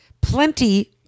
Plenty